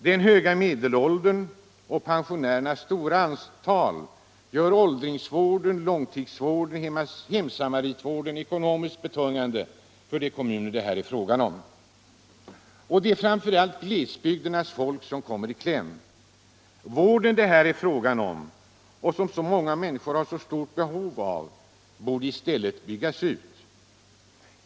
Den höga medelåldern och pensionärernas stora antal gör åldringsvården, långtidsvården och hemsamaritvården ekonomiskt betungande för de kommuner det är fråga om. Det är framför allt glesbygdens folk som kommer i kläm. Den vård det här är fråga om, som så många människor har så stort behov av, borde i stället byggas ut.